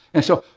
and so,